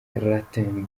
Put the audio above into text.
latin